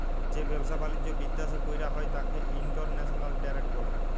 যে ব্যাবসা বালিজ্য বিদ্যাশে কইরা হ্যয় ত্যাকে ইন্টরন্যাশনাল টেরেড ব্যলে